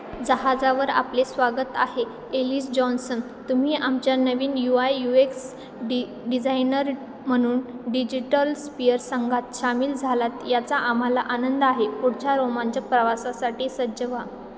जहाजावर आपले स्वागत आहे एलिस जॉन्सन तुम्ही आमच्या नवीन U I U X de designer म्हणून डिजिटल स्पियर संघात सामील झालात याचा आम्हाला आनंद आहे पुढच्या रोमांचक प्रवासासाठी सज्ज व्हा